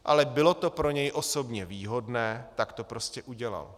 Ale bylo to pro něj osobně výhodné, tak to prostě udělal.